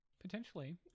Potentially